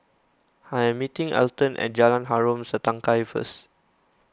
I am meeting Elton at Jalan Harom Setangkai first